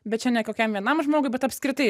bet čia ne kokiam vienam žmogui bet apskritai